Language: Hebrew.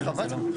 חבל.